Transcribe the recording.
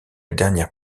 dernière